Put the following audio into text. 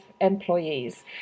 employees